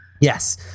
Yes